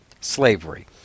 Slavery